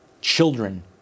children